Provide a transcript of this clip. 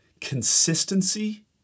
consistency